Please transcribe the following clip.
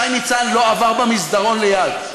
שי ניצן לא עבר במסדרון ליד.